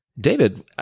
David